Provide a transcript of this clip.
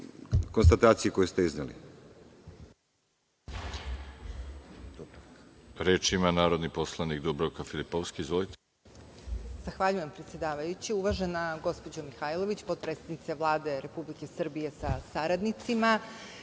konstataciji koju ste izneli.